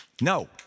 no